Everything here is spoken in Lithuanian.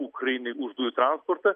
ukrainai už dujų transportą